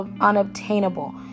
unobtainable